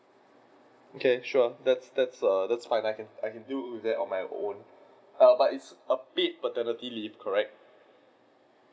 okay sure that's that's err that's fine I can I can do that on my own err but it is err paid paternity leave correct